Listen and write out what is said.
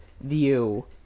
view